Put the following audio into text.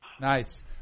nice